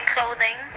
Clothing